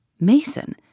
Mason